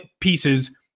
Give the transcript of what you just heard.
pieces